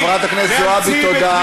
חברת הכנסת זועבי, תודה.